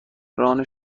ران